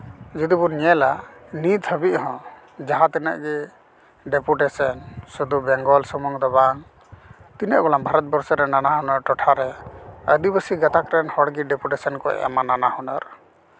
ᱡᱩᱫᱤᱵᱚᱱ ᱧᱮᱞᱟ ᱱᱤᱛ ᱦᱟᱹᱵᱤᱡ ᱦᱚᱸ ᱡᱟᱦᱟᱸ ᱛᱤᱱᱟᱹᱜ ᱜᱮ ᱰᱮᱯᱩᱴᱮᱥᱮᱱ ᱥᱩᱫᱩ ᱵᱮᱝᱜᱚᱞ ᱥᱩᱢᱩᱱ ᱫᱚ ᱵᱟᱝ ᱛᱤᱱᱟᱹᱜ ᱵᱚᱞᱮ ᱵᱷᱟᱨᱚᱛ ᱵᱚᱨᱥᱚ ᱨᱮ ᱟᱹᱫᱤᱵᱟᱹᱥᱤ ᱜᱟᱛᱟᱠ ᱨᱮᱱ ᱦᱚᱲ ᱜᱮ ᱰᱮᱯᱩᱴᱮᱥᱚᱱ ᱠᱚ ᱮᱢᱟ ᱱᱟᱱᱟᱦᱩᱱᱟᱹᱨ